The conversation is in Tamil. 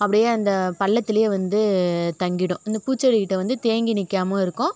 அப்படியே அந்த பள்ளத்துலேயே வந்து தங்கிவிடும் இந்த பூச்செடிகிட்டே வந்து தேங்கி நிக்காமல் இருக்கும்